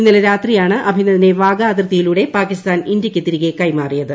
ഇന്നലെ രാത്രിയാണ് അഭിനന്ദനെ വാഗാ അതിർത്തിയിലൂടെ പാകിസ്ഥാൻ ഇന്തൃയ്ക്കു തിരികെ കൈമാറിയത്